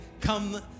come